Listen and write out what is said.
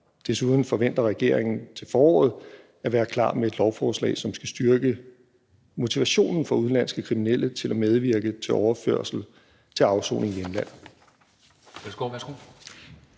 Desuden forventer regeringen til foråret at være klar med et lovforslag, som skal styrke motivationen for udenlandske kriminelle til at medvirke til overførsel til afsoning i hjemlandet.